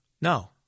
No